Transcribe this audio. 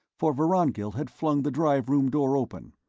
for vorongil had flung the drive room door open,